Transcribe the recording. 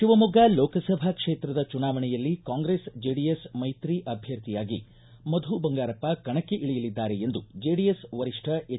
ಶಿವಮೊಗ್ಗ ಲೋಕಸಭಾ ಕ್ಷೇತ್ರದ ಚುನಾವಣೆಯಲ್ಲಿ ಕಾಂಗ್ರೆಸ್ ಜೆಡಿಎಸ್ ಮೈತ್ರಿ ಅಭ್ಯರ್ಥಿಯಾಗಿ ಮಧು ಬಂಗಾರಪ್ಪ ಕಣಕ್ಕೆ ಇಳಿಯಲಿದ್ದಾರೆ ಎಂದು ಜೆಡಿಎಸ್ ವರಿಷ್ಠ ಹೆಚ್